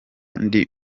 ndi